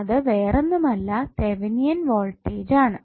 അത് വേറൊന്നുമല്ല Thevenin voltage ആണ്